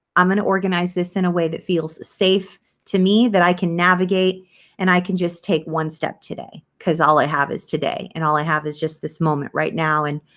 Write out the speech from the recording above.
i'm going to organize this in a way that feels safe to me that i can navigate and i can just take one step today cause all i have is today and all i have is just this moment right now and